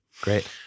great